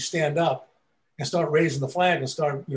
stand up and start raising the flag and start you